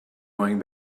going